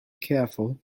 careful